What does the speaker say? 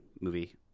movie